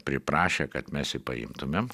priprašė kad mes jį paimtumėm